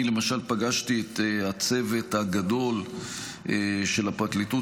אני למשל פגשתי את הצוות הגדול של הפרקליטות